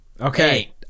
Okay